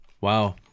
Wow